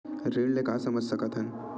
ऋण ले का समझ सकत हन?